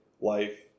life